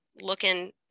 looking